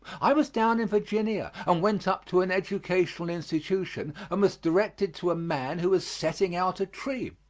i was down in virginia and went up to an educational institution and was directed to a man who was setting out a tree.